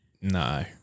No